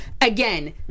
again